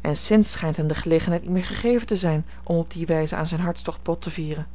en sinds schijnt hem de gelegenheid niet meer gegeven te zijn om op die wijze aan zijn hartstocht bot te vieren